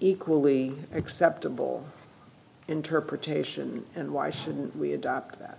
equally acceptable interpretation and why shouldn't we adopt that